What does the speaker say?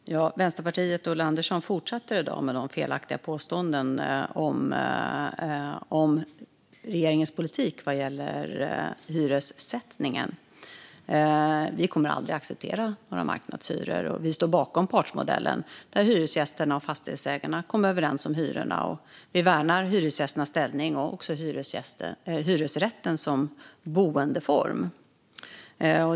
Fru talman! Vänsterpartiet och Ulla Andersson fortsätter i dag med felaktiga påståenden om regeringens politik vad gäller hyressättningen. Vi kommer aldrig att acceptera några marknadshyror. Vi står bakom partsmodellen, där hyresgästerna och fastighetsägarna kommer överens om hyrorna. Vi värnar hyresgästernas ställning och också hyresrätten som boendeform.